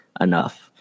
enough